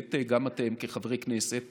שבאמת גם אתם כחברי כנסת